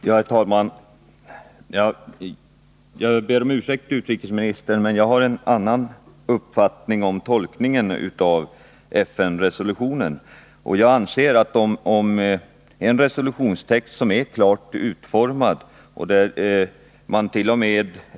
Herr talman! Jag ber om ursäkt, herr utrikesminister, men jag har en annan uppfattning om tolkningen av FN-resolutionen. Jag anser att om man antagit en resolutionstext som är så klart utformad att dett.o.m.